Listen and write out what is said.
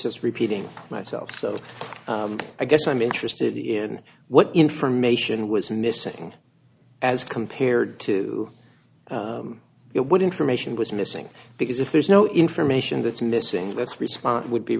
just repeating myself so i guess i'm interested in what information was missing as compared to what information was missing because if there's no information that's missing that's response would be